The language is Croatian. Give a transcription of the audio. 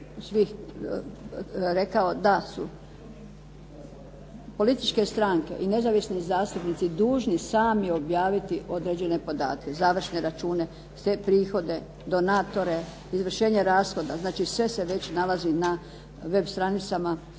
svih, rekao da su političke stranke i nezavisni zastupnici dužni sami objaviti određene podatke, završne račune, sve prihode, donatore, izvršenje rashoda. Znači sve se već nalazi na web stranicama